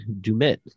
Dumit